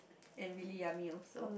and really yummy also